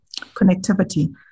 connectivity